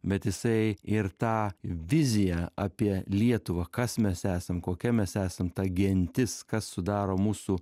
bet jisai ir tą viziją apie lietuvą kas mes esam kokia mes esam ta gentis kas sudaro mūsų